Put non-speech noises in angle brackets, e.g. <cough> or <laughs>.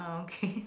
oh okay <laughs>